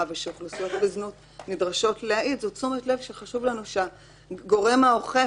ושאוכלוסיות בזנות נדרשות להעיד זאת תשומת לב שחשוב לנו שהגורם האוכף,